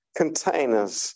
containers